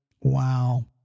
Wow